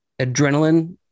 adrenaline